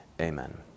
Amen